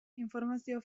informazio